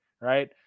right